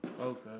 Okay